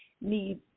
need